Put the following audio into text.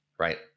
Right